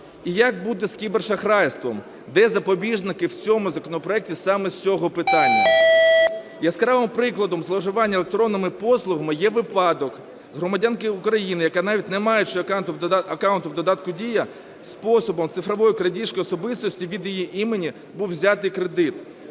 І як буде з кібершахрайством? Де запобіжники в цьому законопроекті саме з цього питання? Яскравим прикладом зловживання електронними послугами є випадок громадянки України, яка навіть не маючи акаунту в додатку Дія, способом цифрової крадіжки особистості, від її імені був взятий кредит.